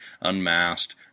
Unmasked